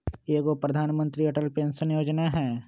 एगो प्रधानमंत्री अटल पेंसन योजना है?